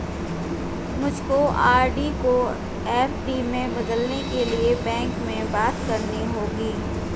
मुझको आर.डी को एफ.डी में बदलने के लिए बैंक में बात करनी होगी